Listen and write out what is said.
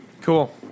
cool